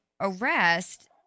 arrest